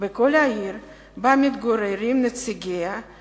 בכל הערים שבה מתגוררים נציגיה,